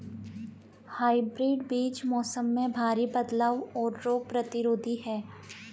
hybrid बीज मौसम में भारी बदलाव और रोग प्रतिरोधी हैं